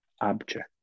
object